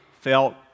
felt